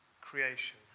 creation